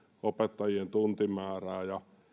opettajien tuntimäärää